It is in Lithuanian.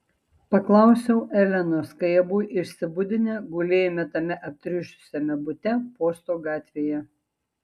paklausiau elenos kai abu išsibudinę gulėjome tame aptriušusiame bute posto gatvėje